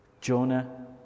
Jonah